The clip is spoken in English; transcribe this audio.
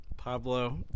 Pablo